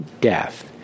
death